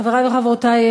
חברי וחברותי,